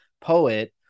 poet